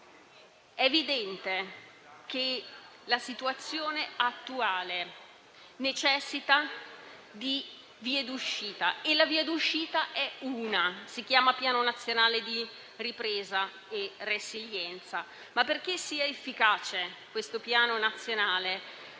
È evidente che la situazione attuale necessita di vie d'uscita e la via di uscita è una e si chiama Piano nazionale di ripresa e resilienza. Ma perché tale Piano sia efficace,